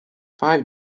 five